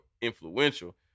influential